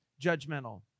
judgmental